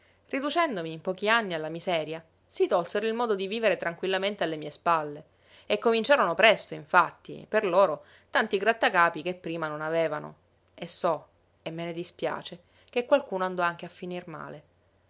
riducendomi in pochi anni alla miseria si tolsero il modo di vivere tranquillamente alle mie spalle e cominciarono presto infatti per loro tanti grattacapi che prima non avevano e so e me ne dispiace che qualcuno andò anche a finir male